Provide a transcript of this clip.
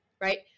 right